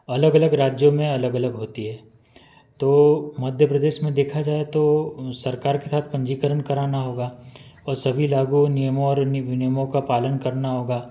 अलग अलग राज्यों में अलग अलग होती है तो मध्य प्रदेश में देखा जाए तो सरकार के साथ पंजीकरण कराना होगा और सभी लागू ओ नियमों और विनियमों का पालन करना होगा